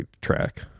track